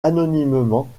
anonymement